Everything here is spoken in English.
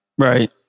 Right